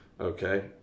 okay